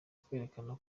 kwerekana